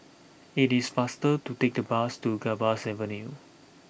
it is faster to take the bus to Gambas Avenue